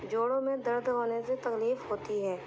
جوڑوں میں درد ہونے سے تکلیف ہوتی ہے